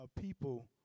people